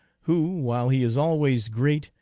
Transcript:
who, while he is always great,